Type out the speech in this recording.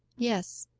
yes,